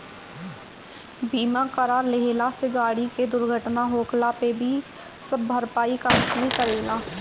बीमा करा लेहला से गाड़ी के दुर्घटना होखला पे सब भरपाई कंपनी करेला